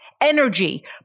energy